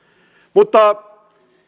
mutta